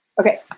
Okay